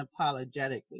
unapologetically